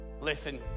Listen